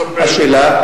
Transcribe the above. ספר לי.